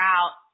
Out